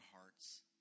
hearts